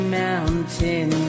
mountain